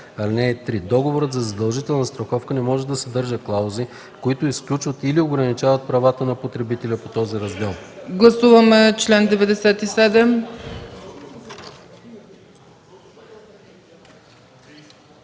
(3) Договорът за задължителна застраховка не може да съдържа клаузи, които изключват или ограничават правата на потребителя по този раздел.”